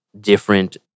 different